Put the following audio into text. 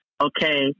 Okay